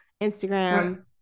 Instagram